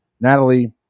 Natalie